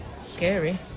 Scary